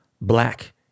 black